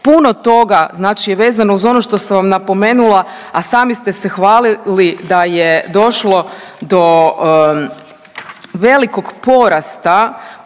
Puno toga znači je vezano uz ono što sam vam napomenula, a sami ste se hvalili da je došlo do velikog porasta